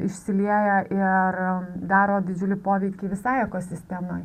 išsilieja ir daro didžiulį poveikį visai ekosistemai